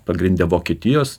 pagrinde vokietijos